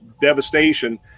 devastation